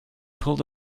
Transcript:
pulled